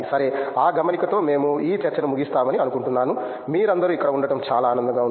సరే ఆ గమనికతో మేము ఈ చర్చను మూగిస్తామని అనుకుంటున్నాను మీరందరూ ఇక్కడ ఉండటం చాలా ఆనందంగా ఉంది